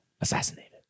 Assassinated